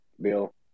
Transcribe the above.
Bill